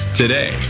today